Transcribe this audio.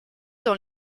dans